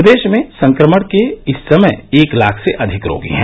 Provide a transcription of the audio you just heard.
प्रदेश में संक्रमण के इस समय एक लाख से अधिक रोगी हैं